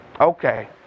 Okay